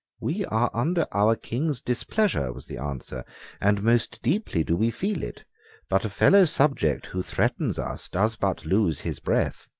we are under our king's displeasure, was the answer and most deeply do we feel it but a fellow subject who threatens us does but lose his breath.